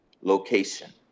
location